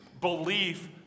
belief